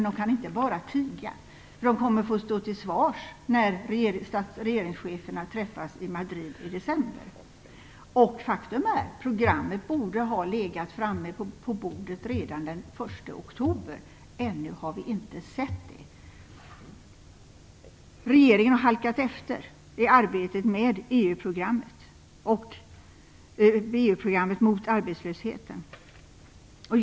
De kan inte bara tiga. De kommer att få stå till svars när regeringscheferna träffas i Madrid i december. Faktum är att programmet borde ha legat på bordet redan den 1 oktober, ännu har vi inte sett det. Regeringen har halkat efter i arbetet med EU programmet mot arbetslösheten.